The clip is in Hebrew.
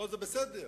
זה בסדר.